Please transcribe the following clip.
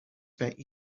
spent